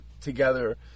together